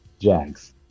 Jags